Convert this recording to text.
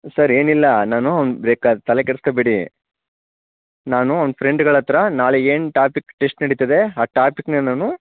sir ಏನಿಲ್ಲ ನಾನು ಬೇಕಾರೆ ತಲೆ ಕೆಡಿಸ್ಕೋಬೇಡಿ ನಾನು ಅವ್ನ ಫ್ರೆಂಡುಗಳ ಹತ್ತಿರ ನಾಳೆ ಏನು ಟಾಪಿಕ್ ಟೆಸ್ಟ್ ನಡಿತಿದೆ ಆ ಟಾಪಿಕನ್ನ ನಾನು